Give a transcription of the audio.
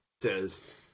says